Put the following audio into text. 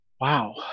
Wow